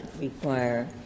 require